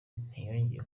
ntiyongeye